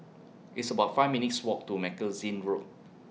It's about five minutes' Walk to Magazine Road